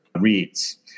reads